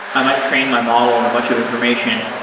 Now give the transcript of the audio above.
i might train my model in a bunch of information,